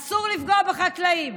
אסור לפגוע בחקלאים.